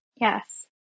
Yes